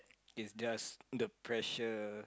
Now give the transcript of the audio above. is just the pressure